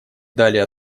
далее